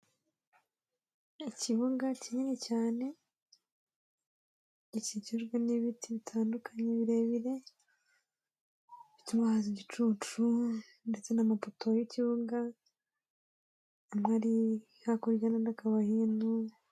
Ikibuga kinini cyane gikikijwe n'ibiti bitandukanye birebire bituma haza igicucu ndetse n'amapoto y'ikibuga, amwe ari hakurya n'andi akaba hino.